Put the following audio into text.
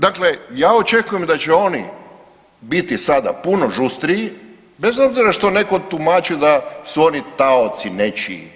Dakle, ja očekujem da će oni biti sada puno žustriji bez obzira što netko tumači da su oni taoci nečiji.